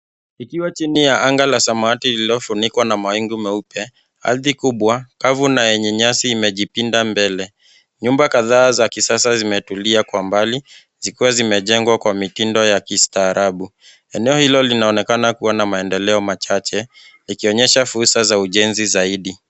Ikiwa chini ya anga la samawati lilofunika na mawingu nyeupe, ardhi kubwa kavu, na yenye nyasi imejipinda mbele. Nyumba kadhaa za kisasa zimetulia kwa mbali zikiwa zimejengwa kwa mitindo ya kistaarabu. Eneo hilo linaoonekna kuwa na maendeleo machache iikonyesha fursa ya ujenzi zaidi.